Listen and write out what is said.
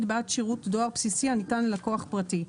בעד שירות דואר בסיסי הניתן ללקוח פרטי.